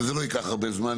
וזה לא ייקח הרבה זמן,